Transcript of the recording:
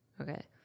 Okay